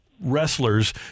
wrestlers